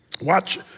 Watch